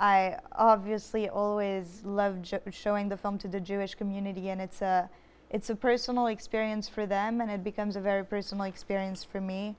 i obviously always love showing the film to the jewish community and it's a it's a personal experience for them and it becomes a very personal experience for me